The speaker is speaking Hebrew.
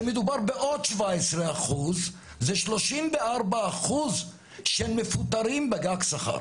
שמדובר בעוד 17%. זה 34% של מפוטרים בגג שכר.